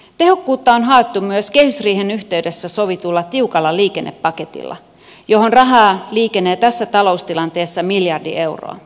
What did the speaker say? tehokkuutta on haettu myös kehysriihen yhteydessä sovitulla tiukalla liikennepaketilla johon rahaa liikenee tässä taloustilanteessa miljardi euroa